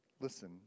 Listen